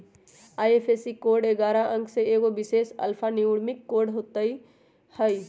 IFSC code ऐगारह अंक के एगो विशेष अल्फान्यूमैरिक कोड होइत हइ